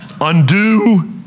Undo